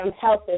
health